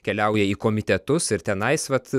keliauja į komitetus ir tenais vat